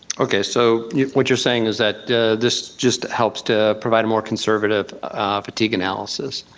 okay, so what you're saying is that this just helps to provide a more conservative fatigue analysis.